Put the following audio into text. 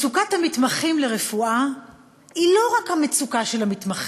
מצוקת המתמחים לרפואה היא לא רק המצוקה של המתמחים,